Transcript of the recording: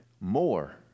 more